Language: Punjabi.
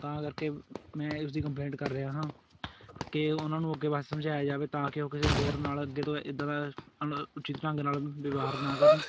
ਤਾਂ ਕਰ ਕੇ ਮੈਂ ਉਸ ਦੀ ਕੰਪਲੇਂਟ ਕਰ ਰਿਹਾ ਹਾਂ ਕਿ ਉਹਨਾਂ ਨੂੰ ਅੱਗੇ ਵਾਸਤੇ ਸਮਝਾਇਆ ਜਾਵੇ ਤਾਂ ਕਿ ਉਹ ਕਿਸੇ ਹੋਰ ਨਾਲ ਅੱਗੇ ਤੋਂ ਇੱਦਾਂ ਦਾ ਅਣਉਚਿਤ ਢੰਗ ਨਾਲ ਵਿਵਹਾਰ ਨਾ ਕਰਨ